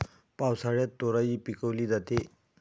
पावसाळ्यात तोराई पिकवली जाते